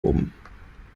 oben